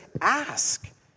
ask